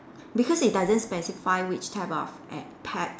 because it doesn't specify which type of a~ pets